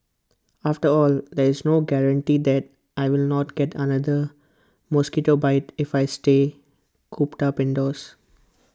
after all there's no guarantee that I will not get another mosquito bite if I stay cooped up indoors